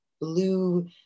blue